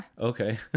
Okay